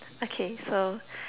okay so